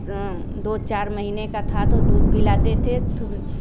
दो चार महीने का था तो दूध पिलाते थे